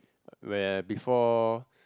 when before